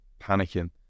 panicking